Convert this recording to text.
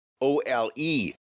O-L-E